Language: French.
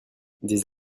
des